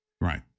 Right